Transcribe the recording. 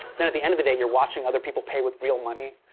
then at the end of the date you're watching other people pay with real money.